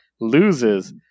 Loses